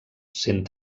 sent